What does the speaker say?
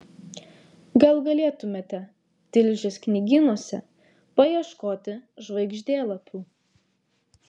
gal galėtumėte tilžės knygynuose paieškoti žvaigždėlapių